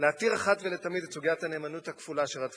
להתיר אחת ולתמיד את סוגיית הנאמנות הכפולה שרדפה